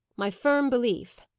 my firm belief,